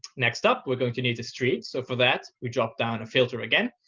next up, we're going to need the streets. so for that we drop down to filter again,